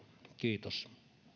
kiitos